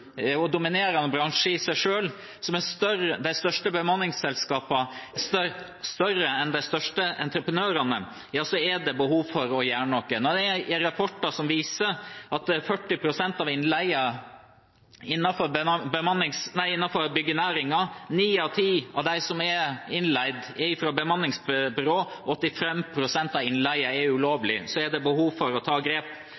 og dominerende bransje i seg selv. Når de største bemanningsselskapene er større enn de største entreprenørene, er det behov for å gjøre noe. Når vi har rapporter som viser at det er 40 pst. innleide innenfor byggenæringen, at ni av ti av de innleide er fra bemanningsbyråer og 85 pst. av innleien er